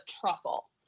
truffle